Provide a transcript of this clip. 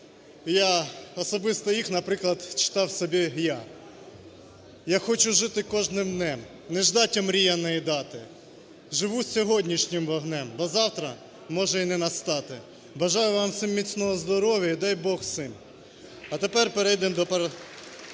я особисто їх, наприклад, читав собі я. "Я хочу жити кожним днем. Неждать омріяної дати. Живу сьогоднішнім вогнем. Бо завтра, може й не настати". Бажаю вам всім міцного здоров'я! І дай Бог всім! (Оплески) Дякую. А тепер перейдемо до закону.